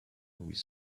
with